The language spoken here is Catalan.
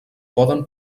poden